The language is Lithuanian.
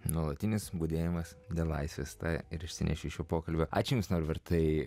nuolatinis budėjimas belaisvis tai ir išsinešė šio pokalbio aš jums noriu vartai